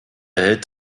erhält